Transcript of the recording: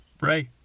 ray